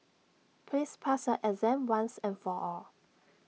please pass your exam once and for all